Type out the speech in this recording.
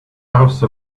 house